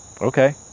okay